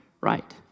right